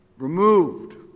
Removed